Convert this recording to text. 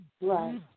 right